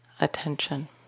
attention